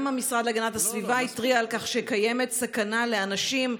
גם המשרד להגנת הסביבה התריע שקיימת סכנה לאנשים,